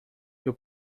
your